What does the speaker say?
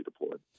deployed